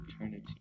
Eternity